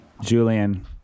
Julian